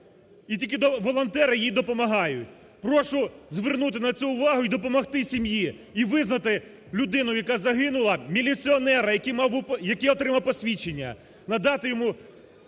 і тільки волонтери їй допомагають. Прошу звернути на це увагу і допомогти сім'ї, і визнати людину, яка загинула, міліціонера, який отримав посвідчення,